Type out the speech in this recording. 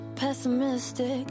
Pessimistic